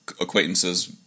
acquaintances